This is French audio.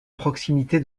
proximité